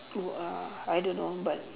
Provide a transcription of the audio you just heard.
who are I don't know but